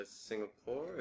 Singapore